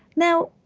now,